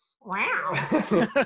Wow